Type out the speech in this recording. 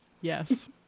Yes